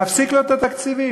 להפסיק לו את התקציבים.